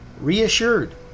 reassured